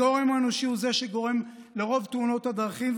הגורם האנושי הוא שגורם לרוב תאונות הדרכים,